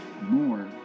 more